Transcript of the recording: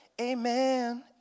Amen